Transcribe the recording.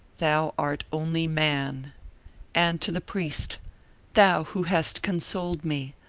thou art only man and to the priest thou who hast consoled me,